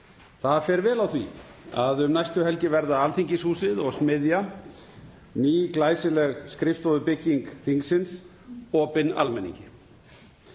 Það fer vel á því að um næstu helgi verða Alþingishúsið og Smiðja, ný og glæsileg skrifstofubygging þingsins, opin almenningi.